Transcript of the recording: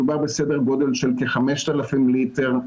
מדובר בסדר גודל של כ-5,000 ליטר,